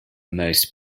most